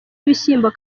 ibishyimbo